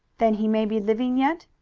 then he may be living yet?